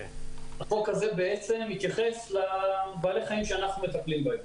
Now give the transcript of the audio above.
החוק הזה מתייחס לבעלי החיים שאנחנו מטפלים בהם.